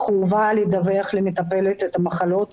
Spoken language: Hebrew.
חובה לדווח למטפלת על המחלות